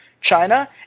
China